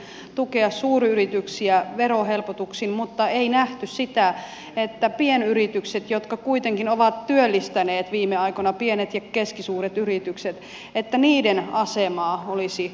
haluttiin tukea suuryrityksiä verohelpotuksin mutta ei nähty sitä että pienyritysten jotka kuitenkin ovat työllistäneet viime aikoina pienet ja keskisuuret yritykset asemaa olisi parannettu